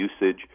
usage